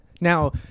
Now